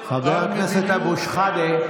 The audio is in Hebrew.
חבר הכנסת אבו שחאדה.